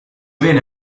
bene